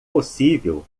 possível